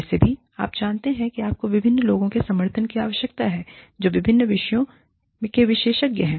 वैसे भी आप जानते हैं आपको विभिन्न लोगों के समर्थन की आवश्यकता है जो विभिन्न विषयों के विशेषज्ञ हैं